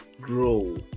grow